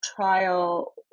trial